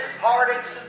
heartaches